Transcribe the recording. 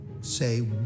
say